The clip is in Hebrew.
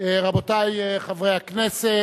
רבותי חברי הכנסת,